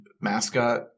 mascot